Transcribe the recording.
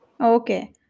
Okay